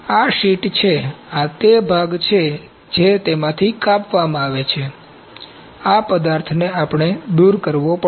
આ શીટ છે આ તે ભાગ છે જે તેમાંથી કાપવામાં આવે છે આ પદાર્થ ને દૂર કરવો પડશે